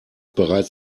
bereits